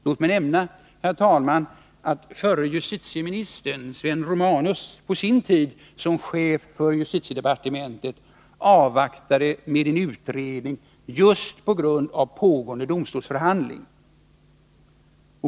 Låt mig nämna, herr talman, att förre justitieministern Sven Romanus på sin tid som chef för justitiedepartementet avvaktade med en utredning just på grund av pågående domstolsförhandling.